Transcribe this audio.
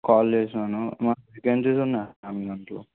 call చేశాను ఏమన్న vacancies ఉన్నాయా మీ దాంట్లో